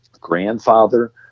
grandfather